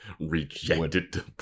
rejected